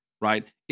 right